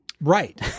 Right